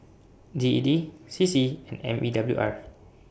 G E D C C and M E W R